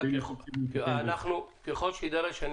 ככל שיידרש,